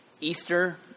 Easter